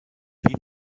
wie